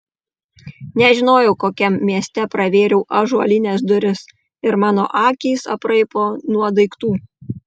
nežinojau kokiam mieste pravėriau ąžuolines duris ir mano akys apraibo nuo daiktų